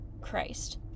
Christ